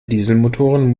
dieselmotoren